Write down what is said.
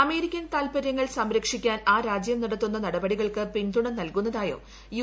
American താത്പര്യങ്ങൾ സംരക്ഷിക്കാൻ ആ രാജ്യം നടത്തുന്ന നടപടികൾക്ക് പിന്തുണ നൽകുന്നതായും യു